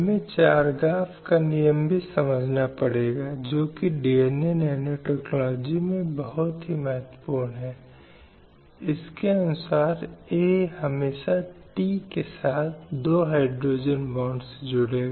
अब इस तरह की हिंसा या नुकसान का परिणाम है महिला को उसके शरीर के संदर्भ में ईमानदारी के संदर्भ में या उसकी मानसिक भलाई के संदर्भ में गंभीरता से प्रभावित करना